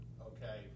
okay